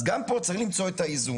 אז גם פה, צריך למצוא את האיזון.